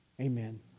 Amen